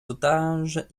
otages